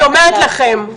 אני אומרת לכם: